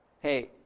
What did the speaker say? hey